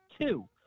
Two